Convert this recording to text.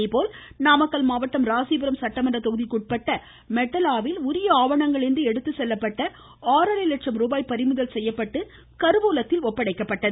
அதேபோல் நாமக்கல் மாவட்டம் ராசிபுரம் சட்டமன்ற தொகுதிக்கு மெட்டலாவில் உரிய ஆவணங்கள் இன்றி எடுத்துச்செல்லப்பட்ட ஆறரை லட்சம் ரூபாய் பறிமுதல் செய்யப்பட்டு கரூலத்தில் ஒப்படைக்கப்பட்டது